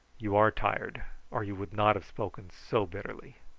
you are tired or you would not have spoken so bitterly.